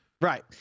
Right